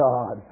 God